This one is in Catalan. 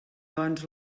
doncs